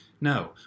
No